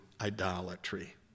idolatry